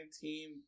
team